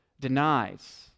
denies